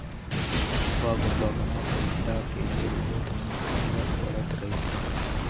पग पग म पइसा के जरुरत मनखे ल पड़त रहिथे